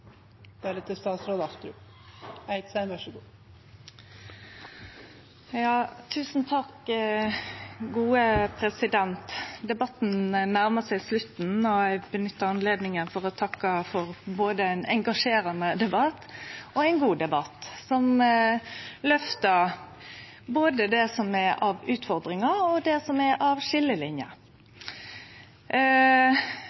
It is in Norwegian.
Debatten nærmar seg slutten, og eg vil nytte anledninga til å takke for ein engasjerande og god debatt, som løftar både det som er av utfordringar, og det som er av